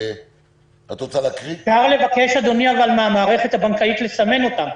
אדוני, אפשר לבקש מהמערכת הבנקאית לסמן אותם.